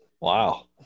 Wow